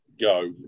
go